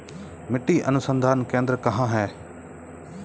मिट्टी अनुसंधान केंद्र कहाँ है?